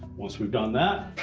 once we've done that,